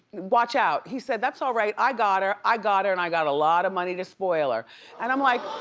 watch out. he said, that's all right i got her, i got her and i got a lot of money to spoil her and i'm like,